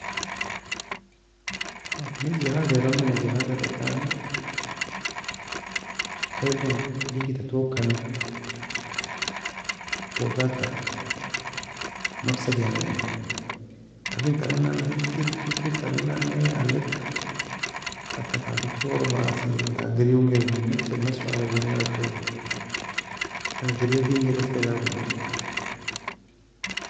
Engir jihazera meni, jihazera entani eyie lon digeitta tougokani, tougadta marsa kena egina, لكن tern nannae hikr, hikr tren nanne alieka, taka ta dictor ma assien ta gerion ghair erbaimo nesfel man soal owolni galagkoli, taka geriafin ghair eska jawbimo enga.